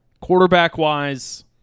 Quarterback-wise